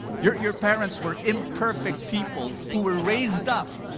your your parents were imperfect people, who were raised up.